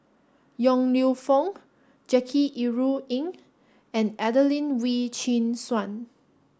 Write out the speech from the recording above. Yong Lew Foong Jackie Yi Ru Ying and Adelene Wee Chin Suan